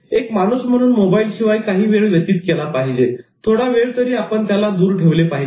एक माणूस म्हणून मोबाईल शिवाय काहीवेळ व्यतीत केला पाहिजे थोडा वेळ तरी आपण त्याला दूर ठेवले पाहिजे